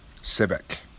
civic